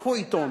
תיקחו עיתון.